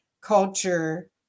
culture